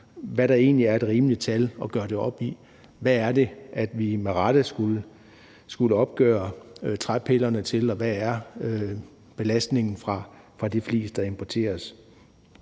hvad der egentlig er et rimeligt tal at gøre det op i. Hvad er det, vi med rette skulle opgøre træpillerne til, og hvad er belastningen fra det flis, der importeres?